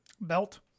Belt